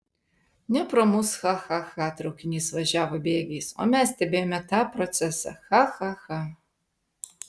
ne pro mus cha cha cha traukinys važiavo bėgiais o mes stebėjome tą procesą cha cha cha